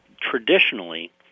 Traditionally